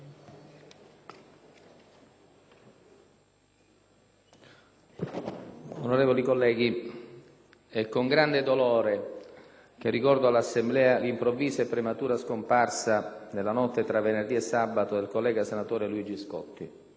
Onorevoli colleghi, è con grande dolore che ricordo all'Assemblea l'improvvisa e prematura scomparsa, nella notte tra venerdì e sabato, del collega, senatore Luigi Scotti.